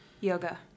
Yoga